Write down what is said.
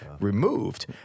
removed